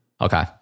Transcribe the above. Okay